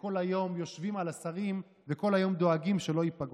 וכל היום יושבים על השרים וכל היום דואגים שלא ייפגעו.